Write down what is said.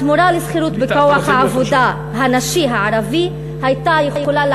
התמורה לשכירות בכוח העבודה הנשי הערבי הייתה יכולה להיות